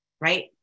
right